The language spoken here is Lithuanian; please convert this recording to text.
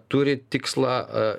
turi tikslą